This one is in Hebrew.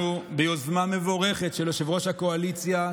ביוזמה מבורכת של יושב-ראש הקואליציה,